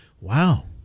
wow